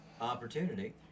opportunity